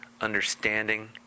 understanding